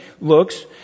looks